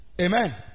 Amen